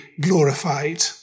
glorified